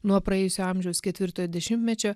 nuo praėjusio amžiaus ketvirtojo dešimtmečio